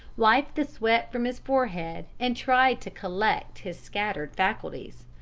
wiped the sweat from his forehead and tried to collect his scattered faculties.